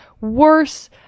worse